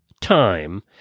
time